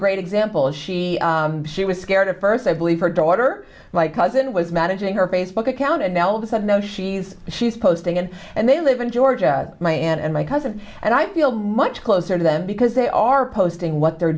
great example is she she was scared at first i believe her daughter my cousin was managing her facebook account and now this i know she's she's posting it and they live in georgia my aunt and my cousin and i feel much closer to them because they are posting what they're